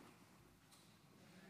אדוני